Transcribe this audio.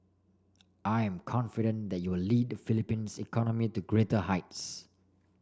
I am confident that you'll lead Philippines economy to greater heights